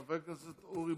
חבר הכנסת אורי